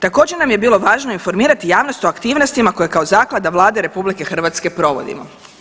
Također nam je bilo važno informirati javnost o aktivnostima koje kao zaklada Vlade RH provodimo.